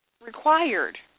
required